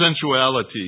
Sensuality